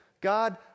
God